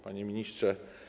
Panie Ministrze!